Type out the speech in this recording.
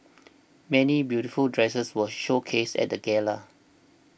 many beautiful dresses were showcased at the gala